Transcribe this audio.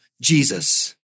Jesus